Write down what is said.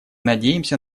надеемся